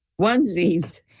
Onesies